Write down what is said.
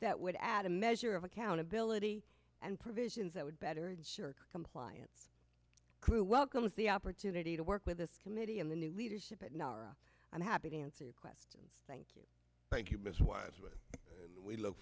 that would add a measure of accountability and provisions that would better ensure compliance crew welcomes the opportunity to work with this committee and the new leadership at nara i'm happy to answer your questions thank you thank you ms wise when we look